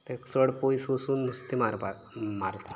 तेक चोड पोयस वसोन नुस्तें मारपाक मारता